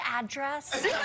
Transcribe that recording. address